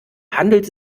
handelt